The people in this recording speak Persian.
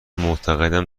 معتقدم